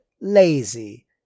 lazy